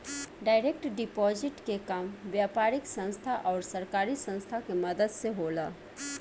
direct deposit के काम व्यापारिक संस्था आउर सरकारी संस्था के मदद से होला